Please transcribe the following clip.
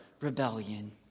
rebellion